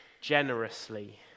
generously